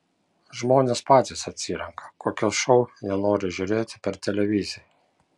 žmonės patys atsirenka kokius šou jie nori žiūrėti per televiziją